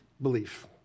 belief